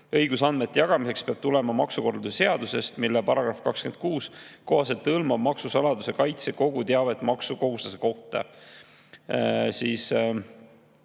Õigus andmete jagamiseks peab tulenema maksukorralduse seadusest, mille § 26 kohaselt hõlmab maksusaladuse kaitse kogu teavet maksukohustuslase kohta.